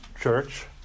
Church